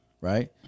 Right